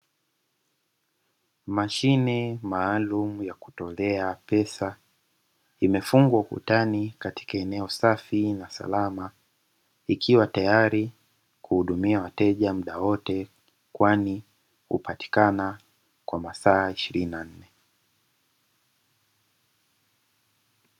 Mashine maalumu ya kutolea pesa imefungwa ukutani katika eneo safi na salama, ikiwa tayari kuhudumia wateja muda wote, kwani hupatikana kwa masaa ishirini na nne.